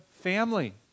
family